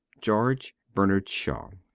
george bernard shaw.